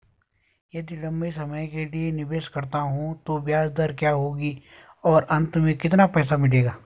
यदि लंबे समय के लिए निवेश करता हूँ तो ब्याज दर क्या होगी और अंत में कितना पैसा मिलेगा?